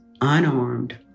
unarmed